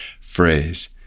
phrase